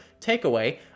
takeaway